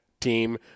team